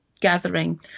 gathering